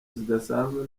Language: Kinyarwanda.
zidasanzwe